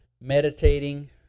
meditating